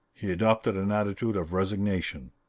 he adopted an attitude of resignation.